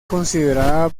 considerada